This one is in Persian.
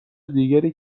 دیگری